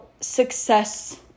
success